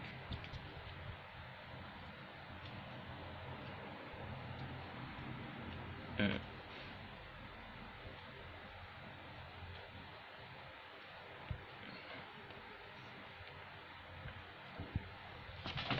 mm